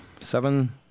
Seven